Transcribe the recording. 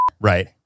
Right